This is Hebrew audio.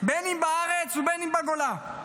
בין אם בארץ ובין אם בגולה,